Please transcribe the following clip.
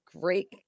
great